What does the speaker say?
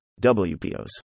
WPOs